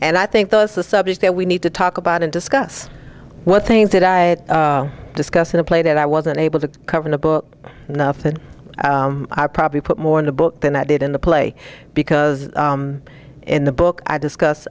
and i think those the subjects that we need to talk about and discuss what things that i discuss in the play that i wasn't able to cover in a book enough that i probably put more in the book than i did in the play because in the book i discuss